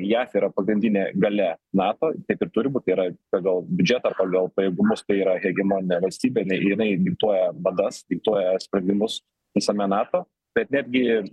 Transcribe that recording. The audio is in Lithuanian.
jav yra pagrindinė galia nato taip ir turi būt tai yra pagal biudžetą ar pagal pajėgumus tai yra hegemoninė valstybė jinai jinai diktuoja madas diktuoja sprendimus visame nato bet netgi